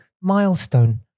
milestone